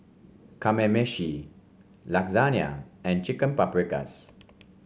Kamameshi Lasagne and Chicken Paprikas